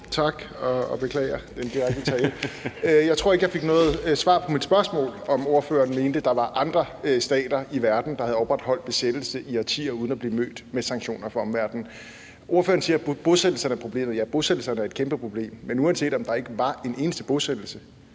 direkte tiltale. Jeg tror ikke, jeg fik noget svar på mit spørgsmål, om ordføreren mente, der var andre stater i verden, der havde opretholdt en besættelse i årtier uden at blive mødt med sanktioner fra omverdenen. Ordføreren siger, at bosættelserne er problemet. Ja, bosættelserne er et kæmpeproblem. Men uanset om der ikke var en eneste bosættelse,